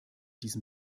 diesem